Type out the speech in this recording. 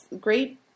great